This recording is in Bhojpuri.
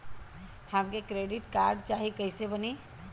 हमके क्रेडिट कार्ड चाही कैसे बनी?